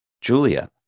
Julia